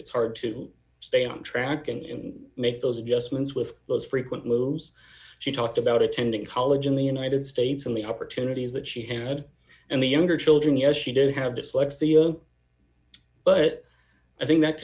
it's hard to stay on track and make those adjustments with those frequent moves she talked about attending college in the united states and the opportunities that she had and the younger children yes she did have dyslexia but i think that